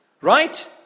Right